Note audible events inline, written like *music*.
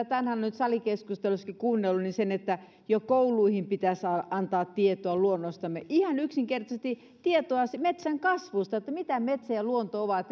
*unintelligible* tänään salikeskustelussakin mitä nyt on kuunnellut oli se että jo kouluihin pitäisi antaa tietoa luonnostamme ihan yksinkertaisesti tietoa metsän kasvusta siitä mitä metsä ja luonto ovat *unintelligible*